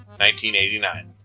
1989